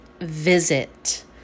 visit